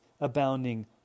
abounding